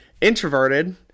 introverted